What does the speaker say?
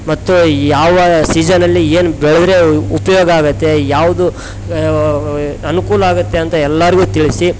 ಮತ್ತು ಯಾವ ಸೀಝನಲ್ಲಿ ಏನು ಬೆಳೆದ್ರೆ ಉಪಯೋಗ ಆಗುತ್ತೆ ಯಾವುದು ಅನುಕೂಲ ಆಗುತ್ತೆ ಅಂತ ಎಲ್ಲಾರಿಗು ತಿಳಿಸಿ